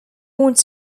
want